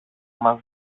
μας